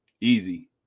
easy